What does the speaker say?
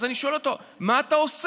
אז אני שואל אותו מה הוא עושה.